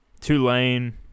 Tulane